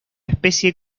especie